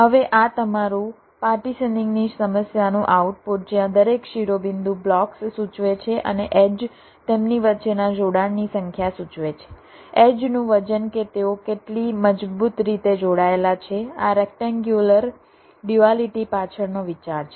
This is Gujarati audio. હવે આ તમારું પાર્ટીશનીંગની સમસ્યાનું આઉટપુટ જ્યાં દરેક શિરોબિંદુ બ્લોક્સ સૂચવે છે અને એડ્જ તેમની વચ્ચેના જોડાણની સંખ્યા સૂચવે છે એડ્જનું વજન કે તેઓ કેટલી મજબૂત રીતે જોડાયેલા છે આ રેક્ટેન્ગ્યુલર ડ્યુઅલીટી પાછળનો વિચાર છે